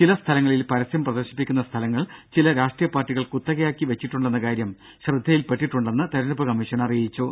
ചില സ്ഥലങ്ങളിൽ പരസ്യം പ്രദർശിപ്പിക്കുന്ന സ്ഥലങ്ങൾ ചില രാഷ്ട്രീയ പാർട്ടികൾ കുത്തകയാക്കി വെച്ചിട്ടുണ്ടെന്ന കാര്യം ശ്രദ്ധയിൽപ്പെട്ടിട്ടുണ്ടെന്നും തിരഞ്ഞെടുപ്പ് കമ്മീഷൻ അറിയിച്ചു